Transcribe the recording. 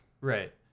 right